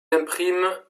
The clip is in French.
imprime